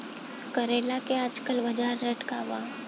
करेला के आजकल बजार रेट का बा?